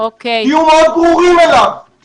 תהיו מאוד ברורים אליו.